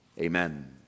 amen